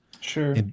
Sure